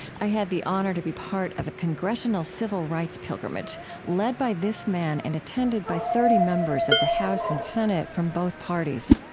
i had the honor to be part of a congressional civil rights pilgrimage led by this man and attended by thirty members of the house and senate from both parties.